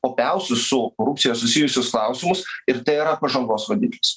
opiausius su korupcija susijusius klausimus ir tai yra pažangos rodiklis